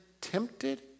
tempted